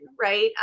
right